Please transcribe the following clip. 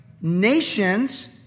nations